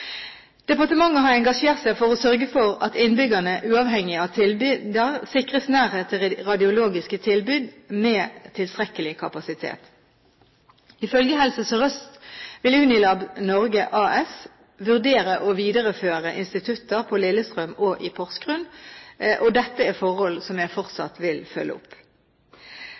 Departementet har engasjert seg for å sørge for at innbyggerne, uavhengig av tilbyder, sikres nærhet til radiologiske tilbud med tilstrekkelig kapasitet. Ifølge Helse Sør-Øst vil Unilabs Norge AS vurdere å videreføre institutter på Lillestrøm og i Porsgrunn. Dette er forhold som jeg fortsatt vil følge opp.